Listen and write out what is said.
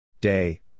Day